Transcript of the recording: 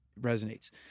resonates